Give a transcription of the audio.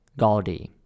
Galdi